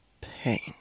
Pain